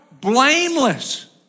blameless